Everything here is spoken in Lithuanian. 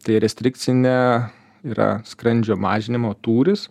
tai restrikcine yra skrandžio mažinimo tūris